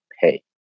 pay